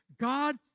God